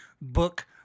book